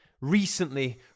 recently